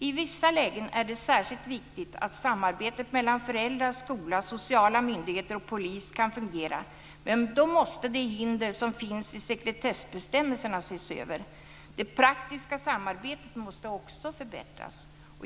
I vissa lägen är det särskilt viktigt att samarbetet mellan föräldrar, skola, sociala myndigheter och polis kan fungera, men då måste de hinder som finns i sekretessbestämmelserna ses över. Det praktiska samarbetet måste också förbättras.